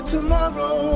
Tomorrow